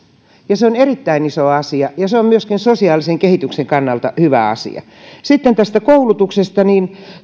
ja se on erittäin iso asia ja se on myöskin sosiaalisen kehityksen kannalta hyvä asia sitten tästä koulutuksesta